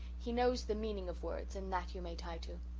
he knows the meaning of words and that you may tie to.